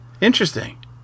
Interesting